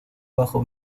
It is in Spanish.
bajo